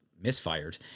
misfired